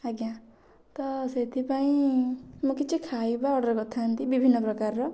ଆଜ୍ଞା ତ ସେଥିପାଇଁ ମୁଁ କିଛି ଖାଇବା ଅର୍ଡ଼ର୍ କରିଥାନ୍ତି ବିଭିନ୍ନ ପ୍ରକାରର